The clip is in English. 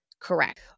correct